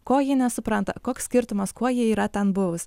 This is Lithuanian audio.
ko ji nesupranta koks skirtumas kuo jie yra ten buvus